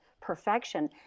perfection